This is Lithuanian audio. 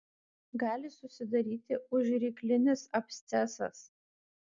gali susidaryti užryklinis abscesas